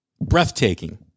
Breathtaking